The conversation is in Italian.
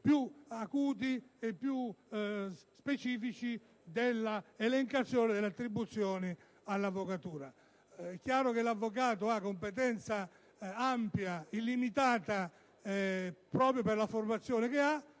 più acuti e più specifici dell'elencazione delle attribuzioni all'avvocatura. È chiaro che l'avvocato ha competenza ampia ed illimitata proprio per la formazione che ha,